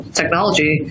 technology